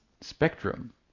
spectrum